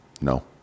No